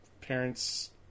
parents